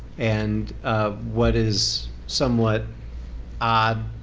and what is somewhat odd